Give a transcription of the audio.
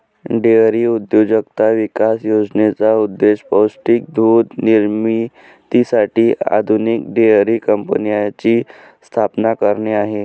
dairy उद्योजकता विकास योजनेचा उद्देश पौष्टिक दूध निर्मितीसाठी आधुनिक डेअरी कंपन्यांची स्थापना करणे आहे